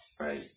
right